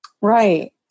right